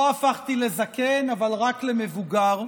לא הפכתי לזקן, אבל רק למבוגר,